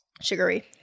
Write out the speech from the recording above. Sugary